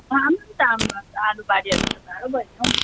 आलुबारीहरू त टाढो भयो नि हौ